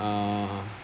uh